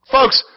Folks